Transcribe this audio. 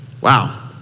Wow